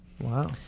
Wow